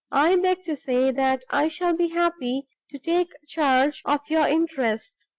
i beg to say that i shall be happy to take charge of your interests,